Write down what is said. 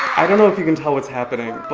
i don't know if you can tell what's happening.